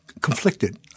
conflicted